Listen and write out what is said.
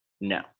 No